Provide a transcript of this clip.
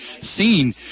seen